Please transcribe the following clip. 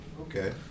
Okay